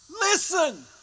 Listen